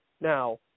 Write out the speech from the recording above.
Now